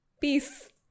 peace